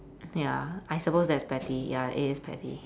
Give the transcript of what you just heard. I think ya I suppose that's petty ya it is petty